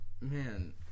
man